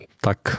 Tak